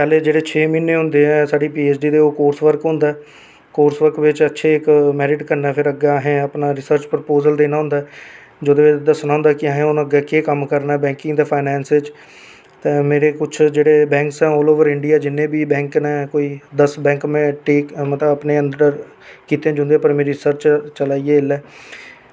ते पैह्लै जेह्ड़े छे महिने होंदे न साढी पी एच डी दे ओह् कोर्स वर्क होंदा ऐ कोर्स वर्क च फिर अच्छे इक मैरिट कन्नै असैं अपना रिसर्च परपोज़ल देना होंदा ऐ ते असैं दस्सना होंदा ऐ कि असें अग्गै केह् कम्म करना होंदा ऐ बैंकिगं ते फाईनान्स बिच ते मेरे कुछ जेह्ड़े बैंक न ओह् ओवर इंडिया जिन्ने बी बैंक न दस बैंक में अपने अंडर कीते दे न जिंदै पर मेरी रिसर्च चला दी ऐ